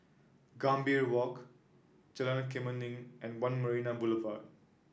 Gambir Walk Jalan Kemuning and One Marina Boulevard